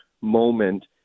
moment